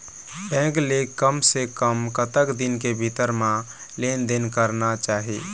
Bank ले कम से कम कतक दिन के भीतर मा लेन देन करना चाही?